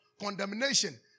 condemnation